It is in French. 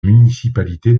municipalité